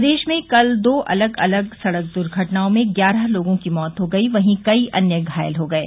प्रदेश में कल दो अलग अलग सड़क दूर्घटनाओं में ग्यारह लोगों की मौत हो गई वहीं कई अन्य घायल हो गये